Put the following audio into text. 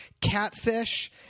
Catfish